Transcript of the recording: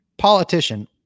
politician